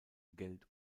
geld